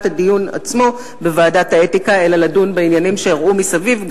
הדיון עצמה בוועדת האתיקה ובאותה עת לדון בעניינים שאירעו מסביב,